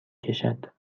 کشد